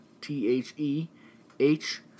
t-h-e-h